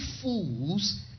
fools